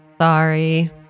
Sorry